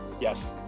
Yes